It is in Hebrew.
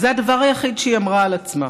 זה הדבר היחיד שהיא אמרה על עצמה.